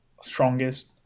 strongest